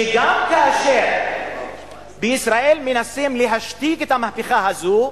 גם כאשר בישראל מנסים להשתיק את המהפכה הזאת,